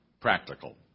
practical